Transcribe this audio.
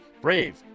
brave